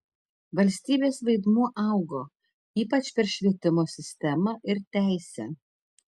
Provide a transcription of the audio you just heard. valstybės vaidmuo augo ypač per švietimo sistemą ir teisę